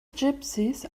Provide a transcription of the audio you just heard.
gypsies